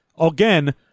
again